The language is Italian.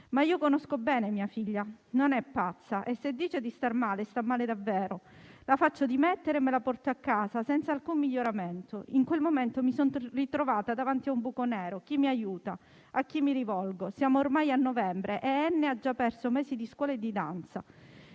Ma io conosco bene mia figlia. Non è pazza e se dice di star male sta male davvero. La faccio dimettere e la porto a casa, senza alcun miglioramento. In quel momento mi sono ritrovata davanti a un buco nero: chi mi aiuta? A chi mi rivolgo? Siamo ormai a novembre e N ha già perso mesi di scuola di danza.